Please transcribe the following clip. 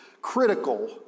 critical